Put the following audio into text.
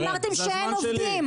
אמרתם שאין עובדים.